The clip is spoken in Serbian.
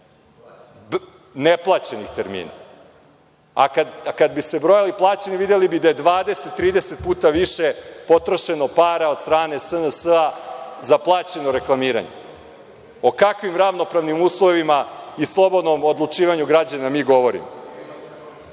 neplaćenih termina, a kada bi se brojali plaćeni videli bi da je 20 ili 30 puta više potrošeno para od strane SNS za plaćeno reklamiranje.O kakvim ravnopravnim uslovima i slobodnom odlučivanju građana mi govorimo?